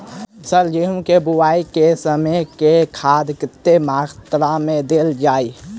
Sir गेंहूँ केँ बोवाई केँ समय केँ खाद कतेक मात्रा मे देल जाएँ?